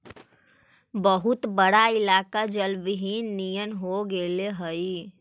बहुत बड़ा इलाका जलविहीन नियन हो गेले हई